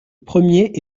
premier